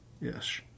Yes